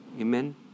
Amen